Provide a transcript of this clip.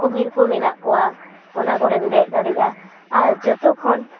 ᱠᱩᱢᱤᱨ ᱠᱚ ᱢᱮᱱᱟᱜ ᱠᱚᱣᱟ ᱚᱱᱟ ᱠᱚᱨᱮᱢ ᱫᱮᱡ ᱫᱟᱲᱮᱭᱟᱜᱼᱟ ᱟᱨ ᱡᱚᱛᱚ ᱠᱷᱚᱱ